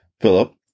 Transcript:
Philip